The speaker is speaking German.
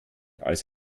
als